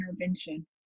intervention